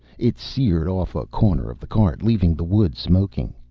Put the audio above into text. it seared off a corner of the cart, leaving the wood smoking.